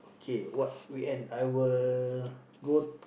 okay what weekend I will go